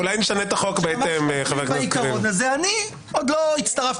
אני מקווה